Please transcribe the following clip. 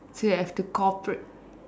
so you have to cooperate